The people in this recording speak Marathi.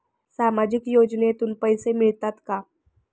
सामाजिक योजनेतून पैसे मिळतात का?